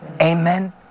Amen